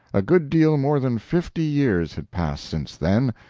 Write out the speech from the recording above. a good deal more than fifty years had passed since then,